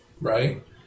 right